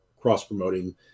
cross-promoting